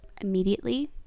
immediately